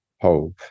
hope